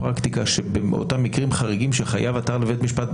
הפרקטיקה שבאותם מקרים חריגים שחייב עתר לבית משפט,